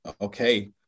okay